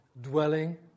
dwelling